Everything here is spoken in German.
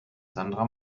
sandra